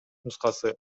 нускасы